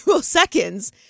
seconds